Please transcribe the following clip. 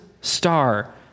star